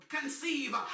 Conceive